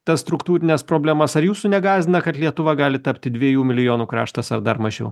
tas struktūrines problemas ar jūsų negąsdina kad lietuva gali tapti dviejų milijonų kraštas ar dar mažiau